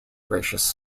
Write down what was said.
gracious